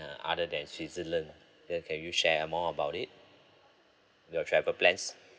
other than switzerland that can you share more about it your travel plans